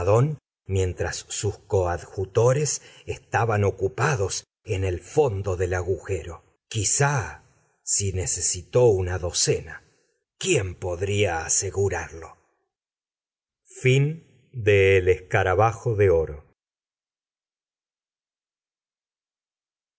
mientras sus coadjutores estaban ocupados en el fondo del agujero quizá si necesitó una docena quién podría asegurarlo la ruina de